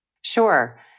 Sure